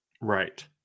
Right